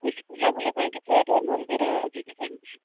କହିଲି ବୁଲାବୁଲି ପାଇଁ କିଛି ଏଠି ମନ୍ଦିର କି କିଛି ଏମିତି